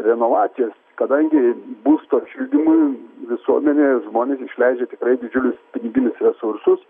renovacijos kadangi būsto šildymui visuomenėje žmonės išleidžia tikrai didžiulius piniginius resursus